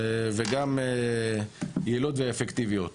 וגם יעילות ואפקטיביות